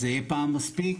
זה יהיה פעם מספיק?